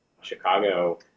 Chicago